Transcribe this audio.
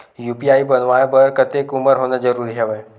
UPI बनवाय बर कतेक उमर होना जरूरी हवय?